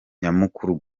nyamukuru